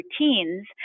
routines